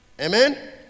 Amen